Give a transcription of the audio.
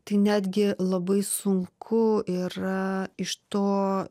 tai netgi labai sunku yra iš to